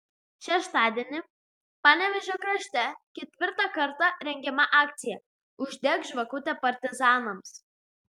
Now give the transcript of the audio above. šeštadienį panevėžio krašte ketvirtą kartą rengiama akcija uždek žvakutę partizanams